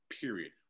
period